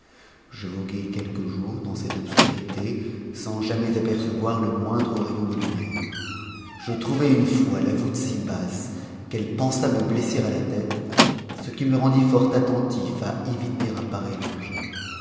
je voguai ouelques jours dans cette obscurité sans jamais apercevoir un rayon de lumière je trouvai une fois la voûte si basse qu'elle pensa me blesser à la tète ce qui me rendit fort attentif à éviter un pareil danger